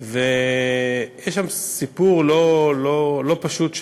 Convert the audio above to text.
יש שם סיפור לא פשוט.